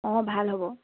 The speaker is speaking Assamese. অঁ ভাল হ'ব